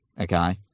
Okay